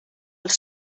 els